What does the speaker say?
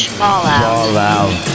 fallout